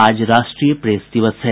आज राष्ट्रीय प्रेस दिवस है